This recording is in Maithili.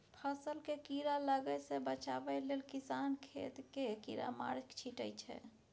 फसल केँ कीड़ा लागय सँ बचाबय लेल किसान खेत मे कीरामार छीटय छै